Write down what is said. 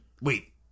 Wait